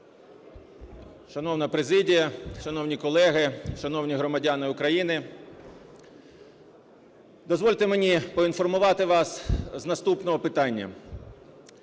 Шановна президія, шановні колеги, шановні громадяни України! Дозвольте мені поінформувати вас з наступного питання.